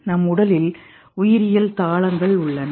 நம் உடலில் உயிரியல் தாளங்கள் உள்ளன